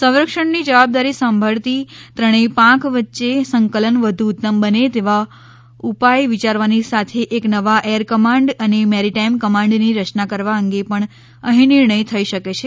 સંરક્ષણ ની જવાબદારી સાંભળતી ત્રણેય પાંખ વચ્ચે સંકલન વધુ ઉત્તમ બને તેવા ઉપાય વિચારવાની સાથે એક નવા એર કમાન્ડ અને મેરિટાઈમ કમાન્ડ ની રચના કરવા અંગે પણ અઠી નિર્ણય થઈ શકે છે